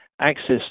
access